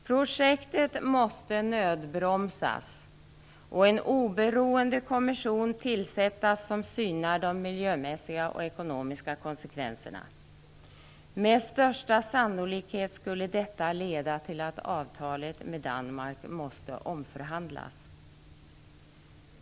Projektet måste nödbromsas och en oberoende kommission tillsättas för att syna de miljömässiga och ekonomiska konsekvenserna. Med största sannolikhet skulle detta leda till att avtalet med Danmark måste omförhandlas.